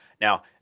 Now